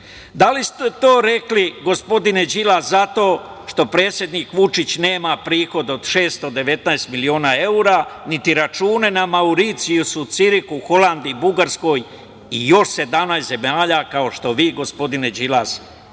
Da li ste to rekli, gospodine Đilas, zato što predsednik Vučić nema prihod od 619 miliona evra, niti računa na Mauricijusu, u Cirihu, Holandiji, Bugarskoj i još 17 zemalja, kao što vi, gospodine Đilas,